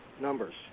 numbers